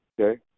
okay